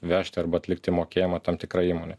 vežti arba atlikti mokėjimą tam tikrai įmonei